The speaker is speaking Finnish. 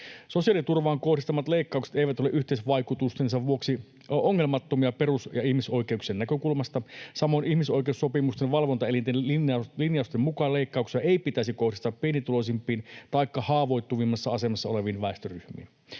”Sosiaaliturvaan kohdistuvat leikkaukset eivät ole yhteisvaikutustensa vuoksi ongelmattomia perus- ja ihmisoikeuksien näkökulmasta. Samoin ihmisoikeussopimusten valvontaelinten linjausten mukaan leikkauksia ei pitäisi kohdistaa pienituloisimpiin taikka haavoittuvimmassa asemassa oleviin väestöryhmiin.